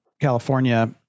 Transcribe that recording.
california